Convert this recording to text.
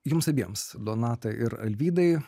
jums abiems donata ir alvydai